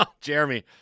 Jeremy